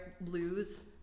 blues